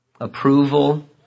approval